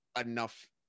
enough